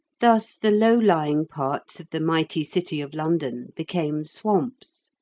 thus the low-lying parts of the mighty city of london became swamps,